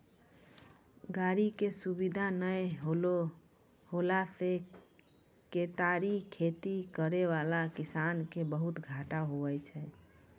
गाड़ी के सुविधा नै होला से केतारी खेती करै वाला किसान के बहुते घाटा हुवै छै